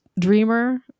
Dreamer